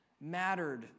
mattered